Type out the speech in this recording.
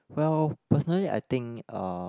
well personally I think uh